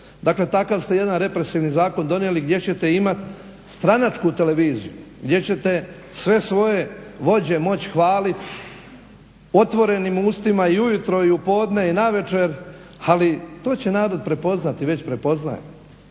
Dakle takav ste jedan represivni zakon donijeli gdje ćete imati stranačku televiziju, gdje ćete sve svoje vođe moći hvaliti otvorenim ustima i ujutro, i u podne i navečer, ali to će narod prepoznati i već poznaje.